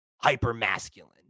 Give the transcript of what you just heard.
hyper-masculine